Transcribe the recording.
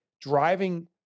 driving